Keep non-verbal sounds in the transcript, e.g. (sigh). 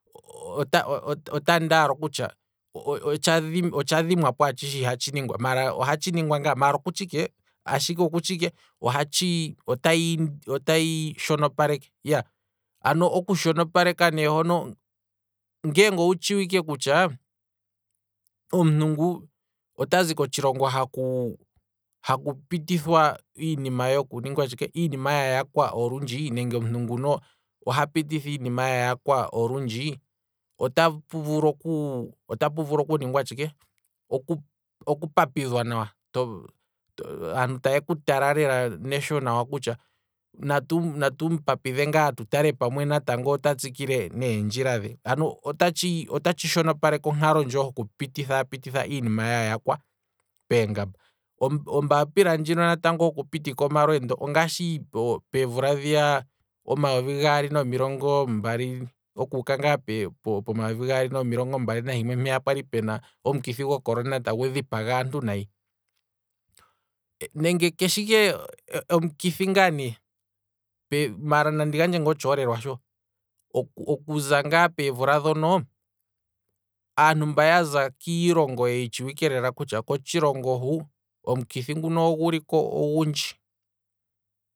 (hesitation) ota ndi ala okutya, otsha dhimwapo atshishe ihatshi ningwa, maala oha tshi ningwa ngaa. maala okutya ike otayi otayi shono paleke, iyaa, ano oku shonopaleka ne hono, ngeenge owu tshiwike kutya, omuntu ngu. otazi kotshilongo haku haku pitithwa iinima ya ningatshike, iinima ya yakwa olundji, nenge omuntu nguno oha pititha iinima ya yakwa olundji, otapu vulu oku, otapu vulu oku ningwa tshike, oku- oku papidhwa nawa, aantu taye ku tala lela nesho kutya, natu mupapidhe ngaa nawa ti tale kutya pamwe naatango ota tsikile ngaa neendjila dhe, ano otatshi shonopaleke onkalo ndjo hoku pititha iinima ya yakwa peengamba, ombaapila ndjino hoku pitika omalweendo ongaashi peemvula dhiya omayovigaali nomilongo mbali, okuuka ngaa p- pomayovi gaali nomilongo mbali nahimwe sho kwali kuna omukithi gocorona tagu dhipaga aantu nayi, nenge keshe ike omukithi ngaa ne, maala nandi gandje ngaa otshoolelwa sho, okuza ngaa peemvula dhono, aantu mba yaza kiilongo ye tshiwike ngaa kutya lela kotshilongo hu, omukithi nguno oguliko ogundji